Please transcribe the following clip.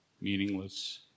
meaningless